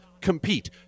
compete